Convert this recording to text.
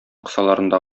кысаларында